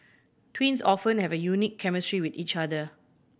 twins often have a unique chemistry with each other